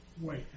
Wait